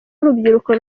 w’urubyiruko